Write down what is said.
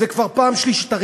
זה כבר פעם שלישית.